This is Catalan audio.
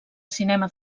cinema